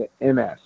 MS